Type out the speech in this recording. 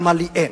למה לי אין?